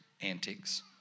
antics